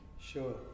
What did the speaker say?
Sure